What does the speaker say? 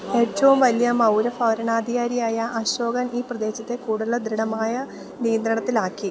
ഏറ്റവും വലിയ മൗരഭരണാധികാരിയായ അശോകൻ ഈ പ്രദേശത്തെ കൂടുതൽ ദൃഢമായ നിയന്ത്രണത്തിലാക്കി